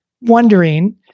Wondering